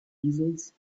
easels